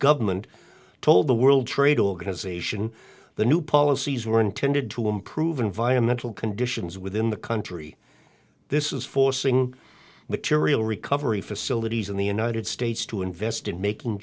government told the world trade organization the new policies were intended to improve environmental conditions within the country this is forcing material recovery facilities in the united states to invest in making